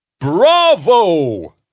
Bravo